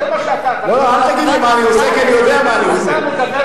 זה מה שאתה, חבר הכנסת ברכה.